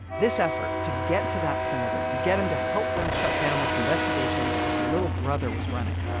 this effort to get to that senator, to get him to help them shutdown this investigation that his little brother was running,